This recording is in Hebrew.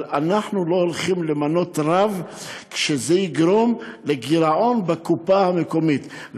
אבל אנחנו לא הולכים למנות רב כשזה יגרום לגירעון בקופה המקומית.